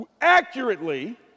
accurately